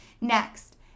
Next